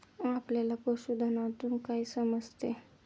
आपल्याला पशुधनातून काय समजते?